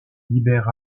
libère